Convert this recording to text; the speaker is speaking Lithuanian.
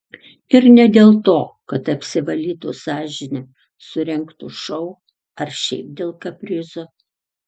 ir ne dėl to kad apsivalytų sąžinę surengtų šou ar šiaip dėl kaprizo